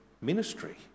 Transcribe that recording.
ministry